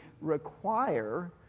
require